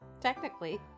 Technically